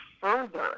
further